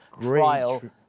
trial